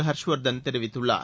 ஹர்ஷ் வர்தன் தெரிவித்துள்ளார்